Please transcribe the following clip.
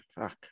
Fuck